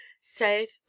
Saith